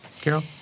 Carol